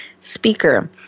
speaker